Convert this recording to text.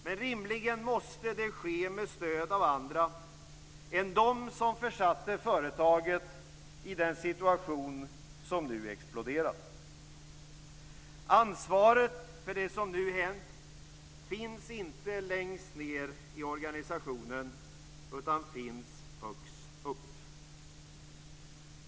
Men rimligen måste det ske med stöd av andra än de som försatte företaget i den situation som nu exploderat. Ansvaret för det som nu har hänt finns inte längst ned i organisationen utan högst upp.